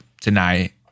Tonight